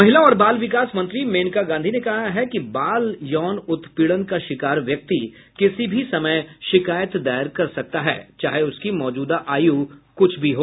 महिला और बाल विकास मंत्री मेनका गांधी ने कहा है कि बाल यौन उत्पीड़न का शिकार व्यक्ति किसी भी समय शिकायत दायर कर सकता है चाहे उसकी मौजूदा आयु कुछ भी हो